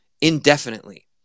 indefinitely